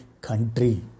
country